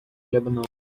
lebanon